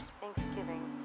thanksgiving